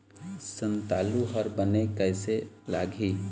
संतालु हर बने कैसे लागिही?